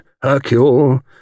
Hercule